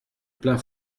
plein